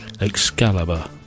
Excalibur